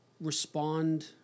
respond